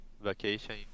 vacation